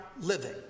living